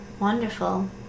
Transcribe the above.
Wonderful